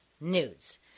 nudes